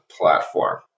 platform